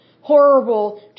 horrible